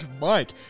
Mike